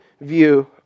view